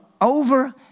over